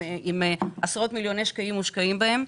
עם עשרות שקלים שמושקעים בהם.